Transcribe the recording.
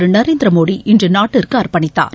திரு நரேந்திர மோடி இன்று நாட்டிற்கு அர்ப்பணித்தார்